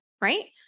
Right